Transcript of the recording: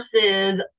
versus